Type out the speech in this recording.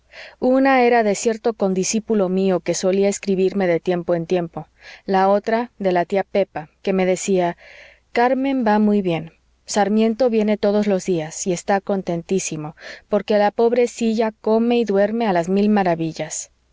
una era de cierto condiscípulo mío que solía escribirme de tiempo en tiempo la otra de la tía pepa que me decía carmen va muy bien sarmiento viene todos los días y está contentísimo porque la pobrecilla come y duerme a las mil maravillas